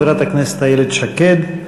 חברת הכנסת איילת שקד,